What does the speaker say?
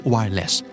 Wireless